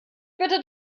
bitte